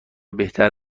بهتر